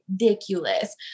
ridiculous